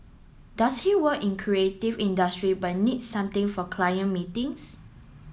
does he work in creative industry but needs something for client meetings